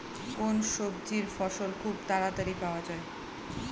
কোন সবজির ফলন খুব তাড়াতাড়ি পাওয়া যায়?